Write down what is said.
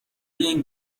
این